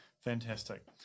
Fantastic